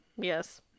yes